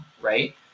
right